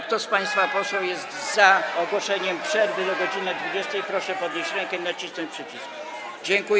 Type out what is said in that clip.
Kto z państwa posłów jest za ogłoszeniem przerwy do godz. 20, proszę podnieść rękę i nacisnąć przycisk.